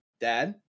dad